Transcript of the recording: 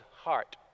heart